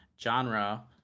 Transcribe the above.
genre